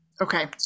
Okay